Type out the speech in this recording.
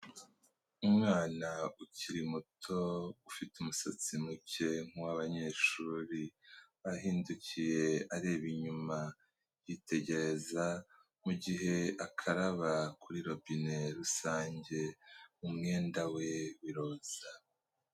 Umwana ukiri muto ufite umusatsi muke nk'uw'abanyeshuri, ahindukiye areba inyuma yitegereza, mu gihe akaraba kuri robine rusange umwenda we w'iroza.